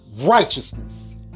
righteousness